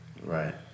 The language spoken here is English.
Right